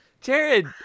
Jared